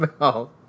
No